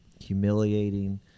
humiliating